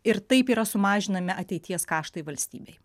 ir taip yra sumažinami ateities kaštai valstybei